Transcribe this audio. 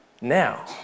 now